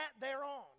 thereon